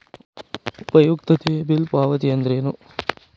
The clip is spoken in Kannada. ಉಪಯುಕ್ತತೆ ಬಿಲ್ ಪಾವತಿ ಅಂದ್ರೇನು?